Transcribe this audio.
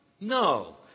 No